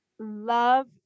love